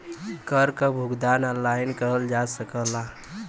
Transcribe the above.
कर क भुगतान ऑनलाइन करल जा सकला